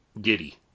giddy